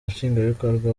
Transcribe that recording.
nshingwabikorwa